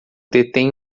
detém